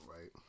right